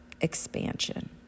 expansion